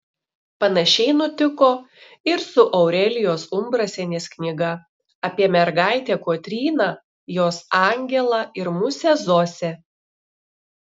panašiai nutiko ir su aurelijos umbrasienės knyga apie mergaitę kotryną jos angelą ir musę zosę